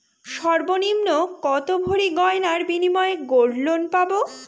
সর্বনিম্ন কত ভরি গয়নার বিনিময়ে গোল্ড লোন পাব?